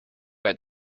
had